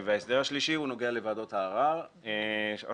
ההסדר השלישי נוגע לוועדות הערר השונות,